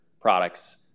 products